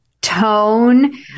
tone